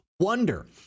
Wonder